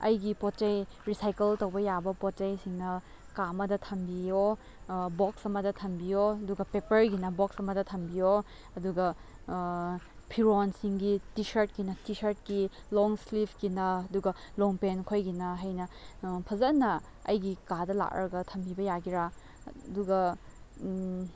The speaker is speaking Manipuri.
ꯑꯩꯒꯤ ꯄꯣꯠ ꯆꯩ ꯔꯤꯁꯥꯏꯀꯜ ꯇꯧꯕ ꯌꯥꯕ ꯄꯣꯠ ꯆꯩꯁꯤꯡꯅ ꯀꯥ ꯑꯃꯗ ꯊꯝꯕꯤꯌꯣ ꯕꯣꯛꯁ ꯑꯃꯗ ꯊꯝꯕꯤꯌꯣ ꯑꯗꯨꯒ ꯄꯦꯄꯔꯒꯤꯅ ꯕꯣꯛꯁ ꯑꯃꯗ ꯊꯝꯕꯤꯌꯣ ꯑꯗꯨꯒ ꯐꯤꯔꯣꯜꯁꯤꯡꯒꯤ ꯇꯤ ꯁꯥꯔꯠꯀꯤꯅ ꯇꯤ ꯁꯥꯔꯠꯀꯤ ꯂꯣꯡ ꯏꯁꯂꯤꯐꯀꯤꯅ ꯑꯗꯨꯒ ꯂꯣꯡꯄꯦꯟꯈꯣꯏꯒꯤꯅ ꯍꯥꯏꯅ ꯐꯖꯅ ꯑꯩꯒꯤ ꯀꯥꯗ ꯂꯥꯛꯂꯒ ꯊꯝꯕꯤꯕ ꯌꯥꯒꯦꯔꯥ ꯑꯗꯨꯒ